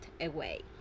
away